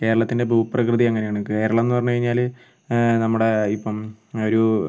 കേരളത്തിൻ്റെ ഭൂപ്രകൃതി അങ്ങനെയാണ് കേരളം എന്ന് പറഞ്ഞുകഴിഞ്ഞാൽ നമ്മുടെ ഇപ്പം ഒരു